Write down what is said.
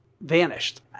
vanished